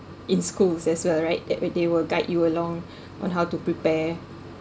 in schools as well right that they will guide you along on how to prepare